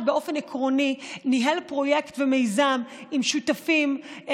באופן עקרוני ניהל פרויקט ומיזם עם שותפים,